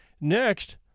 Next